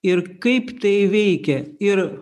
ir kaip tai veikia ir